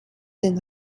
den